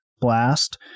Blast